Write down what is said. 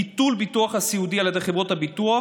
ביטול הביטוח הסיעודי על ידי חברות הביטוח